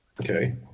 Okay